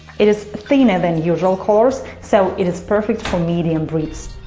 it is thinner than usual collars, so it is perfect for medium breeds.